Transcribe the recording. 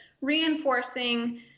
reinforcing